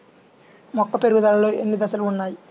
మొక్క పెరుగుదలలో ఎన్ని దశలు వున్నాయి?